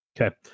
Okay